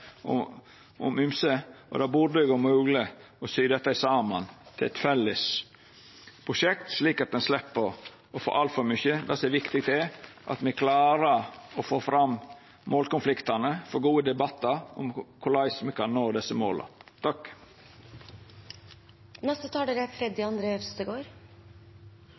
om ymse, og det burde vera mogleg å sy dette saman til eit felles prosjekt, slik at ein slepp å få altfor mange. Det som er viktig, er at me klarar å få fram målkonfliktane og få gode debattar om korleis me kan nå desse måla. 2030-agendaen, som består av de 17 bærekraftsmålene, er